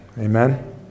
Amen